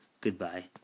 Goodbye